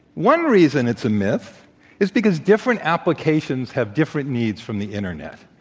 one reason it's a myth is because different applications have different needs from the internet.